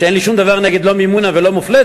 אין לי שום דבר נגד מימונה ומופלטות,